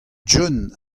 john